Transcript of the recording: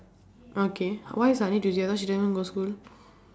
okay why suddenly she don't even go school